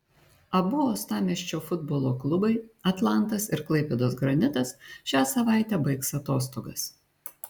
abu uostamiesčio futbolo klubai atlantas ir klaipėdos granitas šią savaitę baigs atostogas